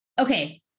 Okay